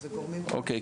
אוקיי.